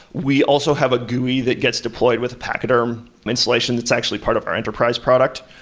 we also have a gui that gets deployed with a pachyderm installation that's actually part of our enterprise product.